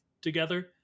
together